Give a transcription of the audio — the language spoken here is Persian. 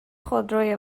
خودروی